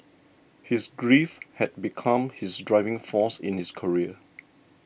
his grief had become his driving force in his career